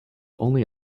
only